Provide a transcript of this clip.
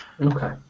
Okay